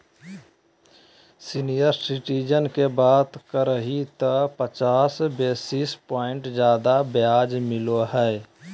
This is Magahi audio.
सीनियर सिटीजन के बात करही त पचास बेसिस प्वाइंट ज्यादा ब्याज मिलो हइ